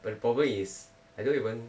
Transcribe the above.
but the problem is I don't even